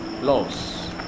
loss